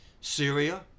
Syria